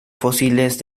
fósiles